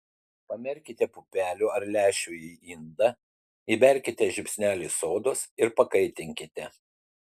pamerkite pupelių ar lęšių į indą įberkite žiupsnelį sodos ir pakaitinkite